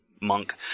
monk